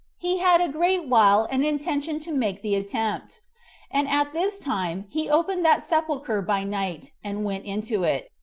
he had a great while an intention to make the attempt and at this time he opened that sepulcher by night, and went into it,